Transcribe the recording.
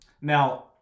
now